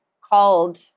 called